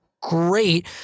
great